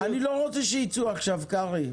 אני לא רוצה שייצאו עכשיו, קרעי.